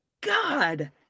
God